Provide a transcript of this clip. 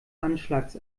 anschlags